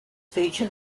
feature